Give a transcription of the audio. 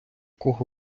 кого